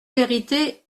vérité